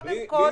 קודם כול,